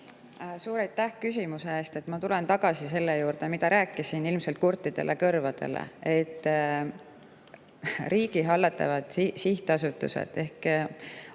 Suur aitäh küsimuse eest! Ma tulen tagasi selle juurde, mida rääkisin ilmselt kurtidele kõrvadele, et riigi hallatavatel sihtasutustel ehk